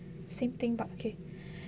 same thing but okay